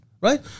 Right